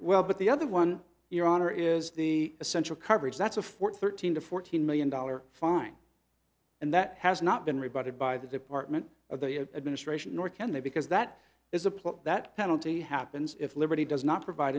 well but the other one your honor is the essential coverage that's a four thirteen to fourteen million dollars fine and that has not been rebutted by the department of the administration nor can they because that is a plan that penalty happens if liberty does not provide